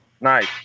Nice